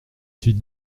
suite